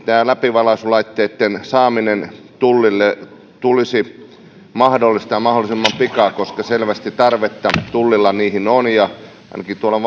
tämä läpivalaisulaitteitten saaminen tullille tulisi mahdollistaa mahdollisimman pikana koska selvästi tarvetta tullilla niihin on ainakin tuolla